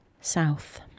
south